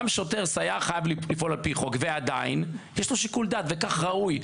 גם שוטר סייר חייב לפעול על פי חוק ועדיין יש לו שיקול דעת וכך ראוי.